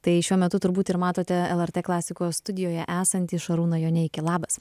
tai šiuo metu turbūt ir matote lrt klasikos studijoje esantį šarūną joneikį labas